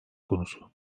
konusu